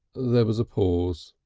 there was a pause.